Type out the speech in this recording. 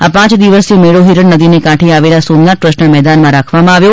આ પાંચ દિવસીય મેળો હિરણ નદીની કાંઠે આવેલા સોમનાથ ટ્રસ્ટના મેદાનમાં રાખવામાં આવ્યો